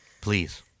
Please